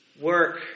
work